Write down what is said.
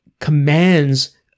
commands